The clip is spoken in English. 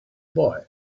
boy